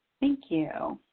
thank you.